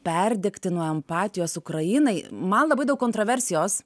perdegti nuo empatijos ukrainai man labai daug kontroversijos